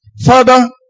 Father